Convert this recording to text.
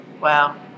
Wow